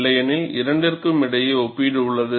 இல்லையெனில் இரண்டிற்கும் இடையே ஒப்பீடு உள்ளது